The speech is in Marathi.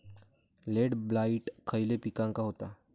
लेट ब्लाइट खयले पिकांका होता?